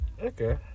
Okay